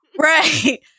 right